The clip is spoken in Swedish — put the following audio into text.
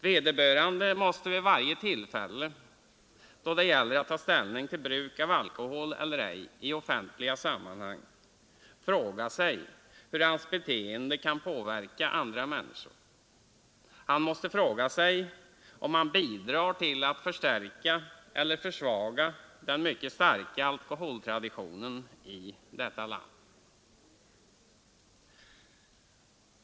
Vederbörande måste vid varje tillfälle, då det gäller att ta ställning till bruk av alkohol eller ej i offentliga sammanhang, fråga sig hur hans beteende kan påverka andra människor. Han måste fråga sig om han bidrar till att förstärka eller försvaga den mycket starka alkoholtraditio nen i detta land.